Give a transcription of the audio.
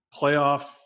playoff